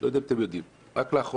אני לא יודע אם אתם יודעים רק לאחרונה,